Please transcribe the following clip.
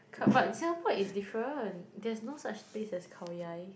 k~ but Singapore is different there's no such place as Khao-Yai